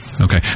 Okay